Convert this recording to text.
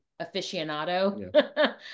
aficionado